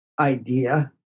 idea